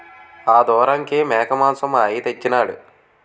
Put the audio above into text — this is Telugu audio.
ఆదోరంకి మేకమాంసం మా అయ్య తెచ్చెయినాడు